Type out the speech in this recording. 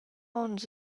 onns